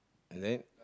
and then